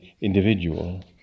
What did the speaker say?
individual